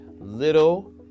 little